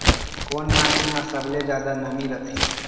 कोन माटी म सबले जादा नमी रथे?